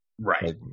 Right